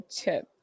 chip